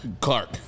Clark